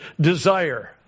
desire